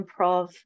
improv